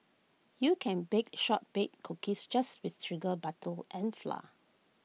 you can bake short bake cookies just with sugar butter and flour